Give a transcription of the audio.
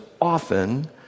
often